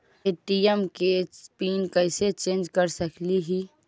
ATM के PIN कैसे change कर सकली ही?